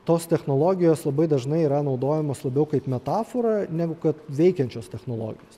tos technologijos labai dažnai yra naudojamos labiau kaip metafora negu kad veikiančios technologijos